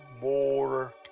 more